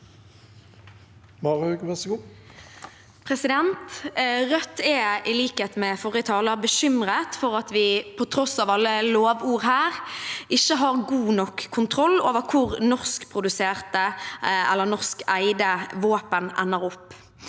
Rødt er i likhet med forrige taler bekymret for at vi på tross av alle lovord her ikke har god nok kontroll med hvor norskproduserte eller norskeide våpen ender opp.